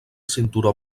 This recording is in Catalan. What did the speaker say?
cinturó